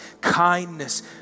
kindness